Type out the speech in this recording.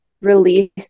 release